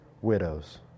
widows